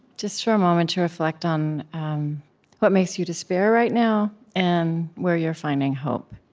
just for a moment, to reflect on what makes you despair right now and where you're finding hope